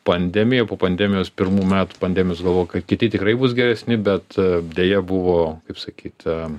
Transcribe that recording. pandemija po pandemijos pirmų metų pandemijos galvojau kad kiti tikrai bus geresni bet deja buvo kaip sakyt